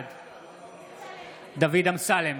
בעד דוד אמסלם,